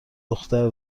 دختر